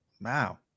Wow